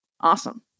awesome